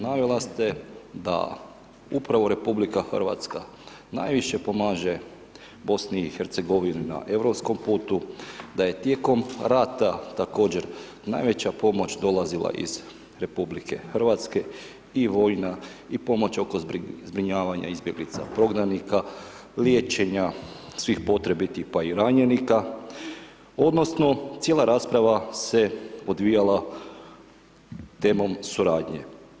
Navela ste da upravo RH najviše pomaže BiH-u na europskom putu, da je tijekom rata također najveća pomoć dolazila iz RH i vojna i pomoć oko zbrinjavanja izbjeglica prognanika, liječenja svih potrebitih pa i ranjenika odnosno cijela rasprava se odvijala temom suradnje.